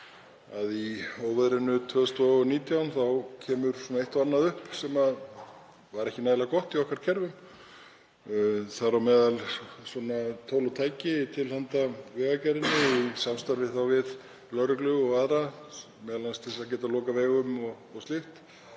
að í óveðrinu 2019 kom eitt og annað upp sem var ekki nægilega gott í kerfinu okkar, þar á meðal tól og tæki til handa Vegagerðinni í samstarfi við lögreglu og aðra, m.a. til að geta lokað vegum og slíkt.